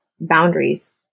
boundaries